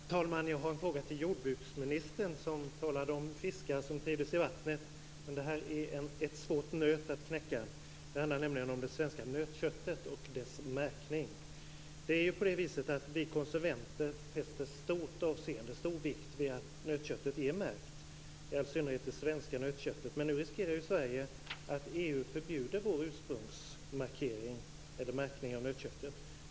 Herr talman! Jag har en fråga till jordbruksministern, som talade om fiskar som trivdes i vattnet. Men det här är en svår nöt att knäcka. Det handlar nämligen om det svenska nötköttet och dess märkning. Det är ju på det viset att vi konsumenter fäster stor vikt vid att nötköttet är märkt. Det gäller i all synnerhet det svenska nötköttet. Men nu riskerar ju Sverige att EU förbjuder vår ursprungsmärkning av nötköttet.